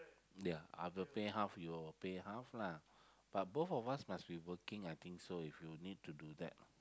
ya I have to pay half you pay half lah but both of us must be working I think so to do that